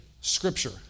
scripture